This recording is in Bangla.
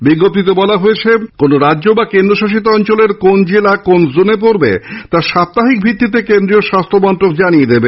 বিজ্ঞপ্তিতে আরও বলা হয়েছে কোনা রাজ্য বা কেন্দ্রশাসিত অঞ্চলের কোন জেলায় কোন জোনে পড়বে তা সাপ্তাহিক ভিত্তিতে কেন্দ্রীয় স্বাস্হ্যমন্ত্রক জানিয়েছেন